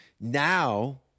Now